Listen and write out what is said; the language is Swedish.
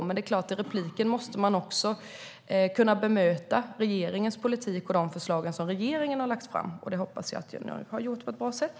Men det är klart att i repliker måste man också kunna bemöta regeringens politik och de förslag som regeringen har lagt fram. Det hoppas jag att jag nu har gjort på ett bra sätt.